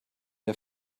der